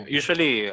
usually